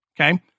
Okay